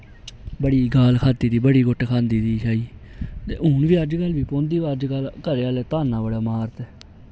बड़ी गाल खादी दी बड़ी घुट्ट खादी दी अज कल्ल बी पौंदी पर घरै आह्ले तान्ने बड़े मारदे